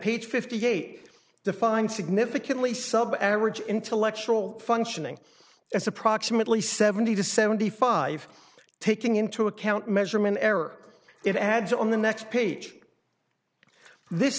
page fifty eight defined significantly sub average intellectual functioning as approximately seventy to seventy five taking into account measurement error it adds on the next page this